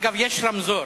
אגב, יש רמזור.